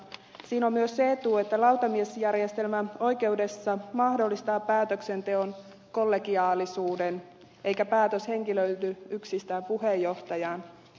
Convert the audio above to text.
siinä on myös se etu että lautamiesjärjestelmä oikeudessa mahdollistaa päätöksenteon kollegiaalisuuden eikä päätös henkilöidy yksistään puheenjohtajaan